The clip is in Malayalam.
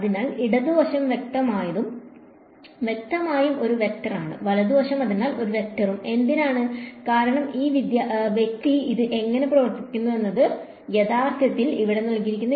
അതിനാൽ ഇടത് വശം വ്യക്തമായും ഒരു വെക്ടറാണ് വലത് വശം അതിനാൽ ഒരു വെക്ടറും എന്തിനാണ് കാരണം ഈ വ്യക്തി ഇത് എങ്ങനെ പ്രവർത്തിപ്പിക്കുന്നു എന്നത് യഥാർത്ഥത്തിൽ ശരിയാകും